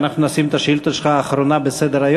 שאנחנו נשים את השאילתה שלך אחרונה בסדר-היום?